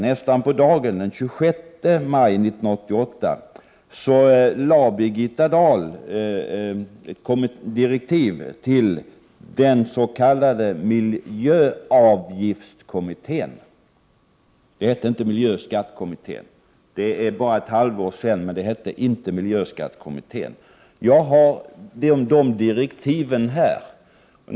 Nästan på dagen ett år senare, den 26 maj 1988, utfärdade Birgitta Dahl direktiv till den s.k. miljöavgiftskommittén — inte miljöskattekommittén. Det är bara ett halvår sedan, men man använde då inte den benämningen. Jag har just nu dessa direktiv i min hand.